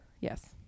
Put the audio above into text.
yes